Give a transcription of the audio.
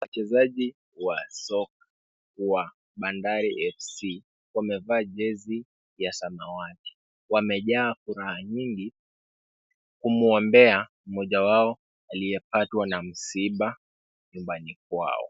Wachezaji wa soka wa Bandari FC wamevaa jezi ya samawati, wamejaa furaha nyingi kumuombea mmoja wao aliyepatwa na msiba nyumbani kwao.